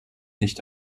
nicht